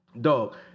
Dog